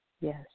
Yes